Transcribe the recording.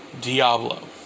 Diablo